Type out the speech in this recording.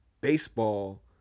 baseball